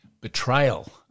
betrayal